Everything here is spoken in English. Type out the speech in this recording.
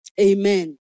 Amen